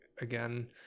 again